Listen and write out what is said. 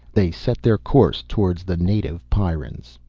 they set their course towards the native pyrrans.